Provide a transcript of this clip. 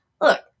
Look